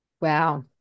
wow